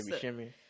shimmy